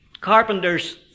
Carpenters